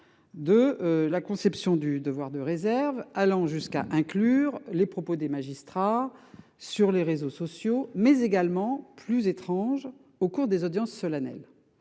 De la conception du devoir de réserve, allant jusqu'à inclure les propos des magistrats, sur les réseaux sociaux, mais également plus étrange au cours des audiences solennelles.